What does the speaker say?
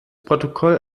protokoll